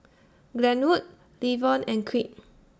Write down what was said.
Glenwood Levon and Creed